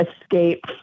escape